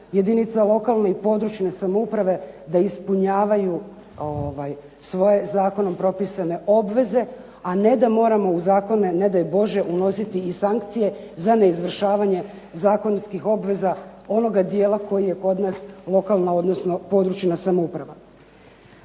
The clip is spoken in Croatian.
jedinica lokalne i područne samouprave da ispunjavaju svoje zakonom propisane obveze, a ne da moramo u zakone ne daj Bože unositi i sankcije za neizvršavanje zakonskih obveza onoga dijela koji je kod nas lokalna, odnosno područna samouprava.